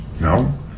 No